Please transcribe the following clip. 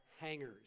hangers